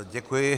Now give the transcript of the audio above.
Děkuji.